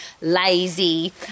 lazy